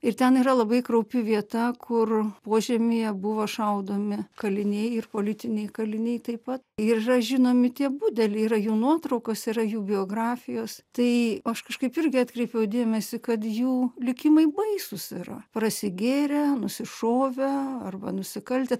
ir ten yra labai kraupi vieta kur požemyje buvo šaudomi kaliniai ir politiniai kaliniai taip pat ir yra žinomi tie budeliai yra jų nuotraukos yra jų biografijos tai aš kažkaip irgi atkreipiau dėmesį kad jų likimai baisūs yra prasigėrę nusišovę arba nusikaltę